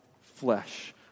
flesh